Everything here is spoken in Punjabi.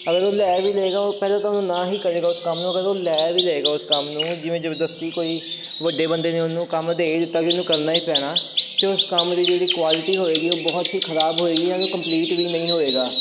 ਅਗਰ ਉਹ ਲੈ ਵੀ ਲਵੇਗਾ ਉਹ ਪਹਿਲਾਂ ਤਾਂ ਉਹ ਨਾਂਹ ਹੀ ਕਰੇਗਾ ਉਸ ਕੰਮ ਨੂੰ ਅਗਰ ਉਹ ਲੈ ਵੀ ਲਵੇਗਾ ਉਸ ਕੰਮ ਨੂੰ ਜਿਵੇਂ ਜ਼ਬਰਦਸਤੀ ਕੋਈ ਵੱਡੇ ਬੰਦੇ ਨੇ ਉਹਨੂੰ ਕੰਮ ਦੇ ਦਿੱਤਾ ਕਿ ਉਹਨੂੰ ਕਰਨਾ ਹੀ ਪੈਣਾ ਤਾਂ ਉਸ ਕੰਮ ਦੀ ਜਿਹੜੀ ਕੁਆਲਿਟੀ ਹੋਏਗੀ ਉਹ ਬਹੁਤ ਹੀ ਖਰਾਬ ਹੋਏਗੀ ਉਹ ਤੋਂ ਕੰਪਲੀਟ ਵੀ ਨਹੀਂ ਹੋਏਗਾ